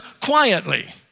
quietly